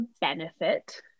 benefit